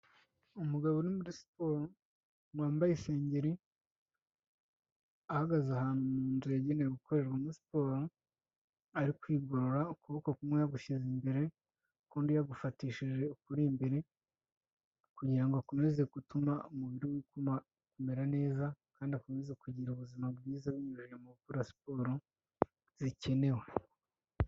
Umugabo ni muri siporo wambaye isengeri, ahagaze ahantu mu nzu yagenewe gukorerwamo siporo, ari kwigorora, ukuboko kumwe yagushyize imbere, ukundi yagufatishije ukuri imbere kugira ngo akomeze gutuma umubiri we uguma kumera neza kandi akomeza kugira ubuzima bwiza binyujije mu gukora siporo zikenewe.